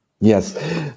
Yes